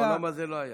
בעולם הזה לא היה.